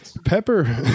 Pepper